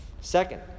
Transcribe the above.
Second